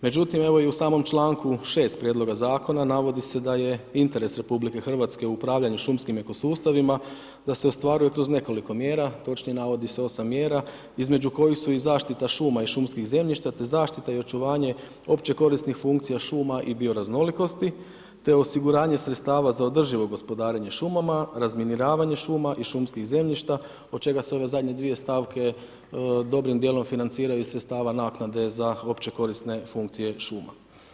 Međutim, evo i u samom članku 6. prijedloga zakona, navodi se da je interes RH u upravljanju šumskim ekosustavima, da se ostvaruju kroz nekoliko mjera, točnije navodi se 8 mjera, između kojih su i zaštita šuma i šumskih zemljišta, te zaštita i očuvanja opće korisnih funkcija šuma i bio raznolikosti, te osiguranje sredstava za održivo gospodarenje šumama, razminiravanje šuma i šumskih zemljišta, od čega se ove zadnje 2 stavke dobrim dijelom financiraju iz sredstava naknade za opće korisne funkcije šuma.